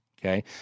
Okay